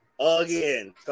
again